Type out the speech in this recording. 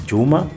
Juma